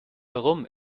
herum